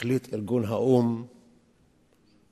החליט ארגון האו"ם להקצות